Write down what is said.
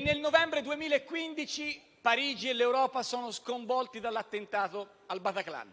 Nel novembre 2015 Parigi e l'Europa sono sconvolte dall'attentato al Bataclan.